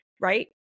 Right